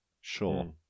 Sure